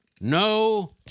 No